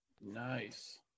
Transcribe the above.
nice